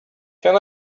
can